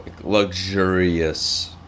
luxurious